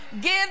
Give